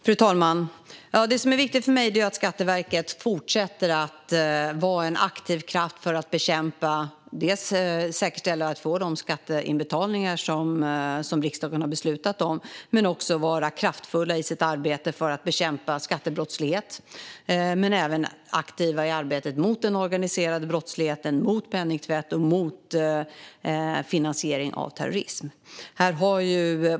Fru talman! Det som är viktigt för mig är att Skatteverket fortsätter att vara en aktiv kraft för att säkerställa att man får de skatteinbetalningar som riksdagen har beslutat om men också att man är kraftfull i sitt arbete för att bekämpa skattebrottslighet och aktiv i arbetet mot organiserad brottslighet, penningtvätt och finansiering av terrorism.